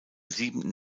siebenten